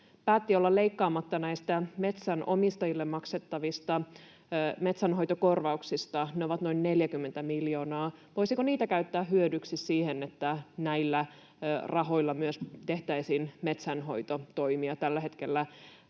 päätti olla leikkaamatta näistä metsänomistajille maksettavista metsänhoitokorvauksista, jotka ovat noin 40 miljoonaa. Voisiko niitä käyttää hyödyksi siihen, että näillä rahoilla myös tehtäisiin metsänhoitotoimia tällä hetkellä?